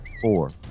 four